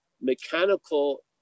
mechanical